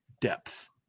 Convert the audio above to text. depth